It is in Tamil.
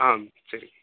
சரி